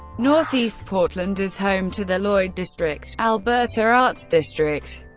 northeast portland is home to the lloyd district, alberta arts district,